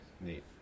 neat